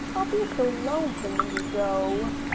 i'll be so lonesome when you go,